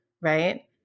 right